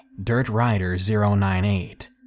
DirtRider098